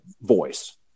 voice